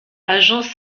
agence